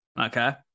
Okay